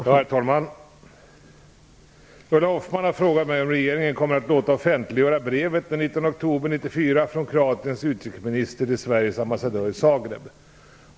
Herr talman! Ulla Hoffmann har frågat mig om regeringen kommer att låta offentliggöra brevet av den 19 oktober 1994 från Kroatiens utrikesminister till Sveriges ambassadör i Zagreb.